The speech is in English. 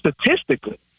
statistically